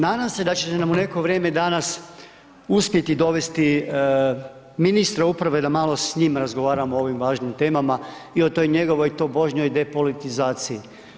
Nadam se da ćete nam u neko vrijeme danas uspjeti dovesti ministra uprave da malo s njim razgovaramo o ovim važnim temama i o toj njegovoj tobožnjoj depolitizaciji.